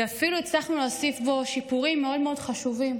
ואפילו הצלחנו להוסיף בו שיפורים מאוד מאוד חשובים.